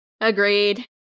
Agreed